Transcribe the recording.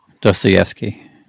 Dostoevsky